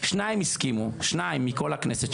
שניים הסכימו, שניים מכל הכנסת.